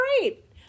great